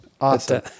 Awesome